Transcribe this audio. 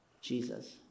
Jesus